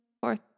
Fourth